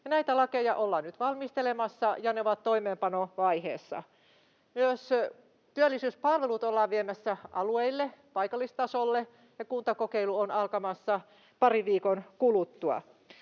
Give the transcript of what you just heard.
Näitä lakeja ollaan nyt valmistelemassa, ja ne ovat toimeenpanovaiheessa. Myös työllisyyspalvelut ollaan viemässä alueille, paikallistasolle, ja kuntakokeilu on alkamassa parin viikon kuluttua.